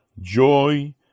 joy